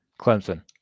Clemson